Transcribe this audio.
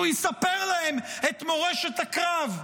שהוא יספר להם את מורשת הקרב,